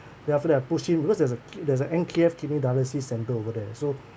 then after that I pushed him because there's a ki~ there's a N_K_F kidney dialysis centre over there so